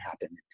happen